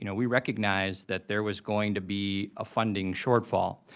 you know we recognized that there was going to be a funding shortfall,